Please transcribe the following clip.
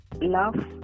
love